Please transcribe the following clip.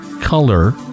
color